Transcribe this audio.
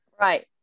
Right